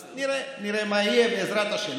אז נראה, נראה מה יהיה, בעזרת השם.